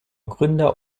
gründer